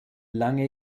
lange